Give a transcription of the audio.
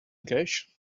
cash